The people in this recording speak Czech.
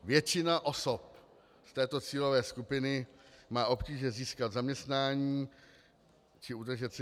Většina osob z této cílové skupiny má obtíže získat zaměstnání či udržet si byt.